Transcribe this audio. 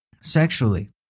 sexually